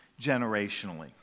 generationally